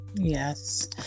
Yes